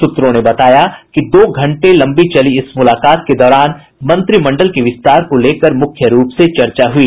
सूत्रों ने बताया कि दो घंटे लम्बी चली इस मुलाकात के दौरान मंत्रिमंडल के विस्तार को लेकर मुख्य रूप से चर्चा हुई